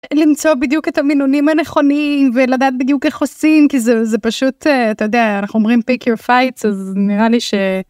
למצוא בדיוק את המינונים הנכונים, ולדעת בדיוק איך עושים, כי זה, זה פשוט, אה... אתה יודע, אנחנו אומרים "פיק יור פייטס", אז נראה לי ש...